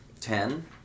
Ten